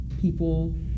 people